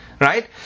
Right